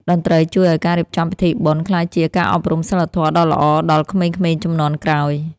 តន្ត្រីជួយឱ្យការរៀបចំពិធីបុណ្យ ក្លាយជាការអប់រំសីលធម៌ដ៏ល្អដល់ក្មេងៗជំនាន់ក្រោយ។